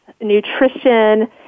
nutrition